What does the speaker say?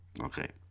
Okay